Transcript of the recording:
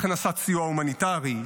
הכנסת סיוע הומניטרי,